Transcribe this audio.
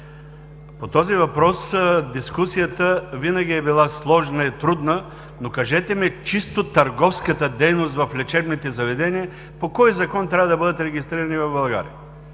По този въпрос дискусията винаги е била сложна и трудна, но кажете ми чисто търговските дейности в лечебните заведения по кой закон трябва да бъдат регистрирани в България?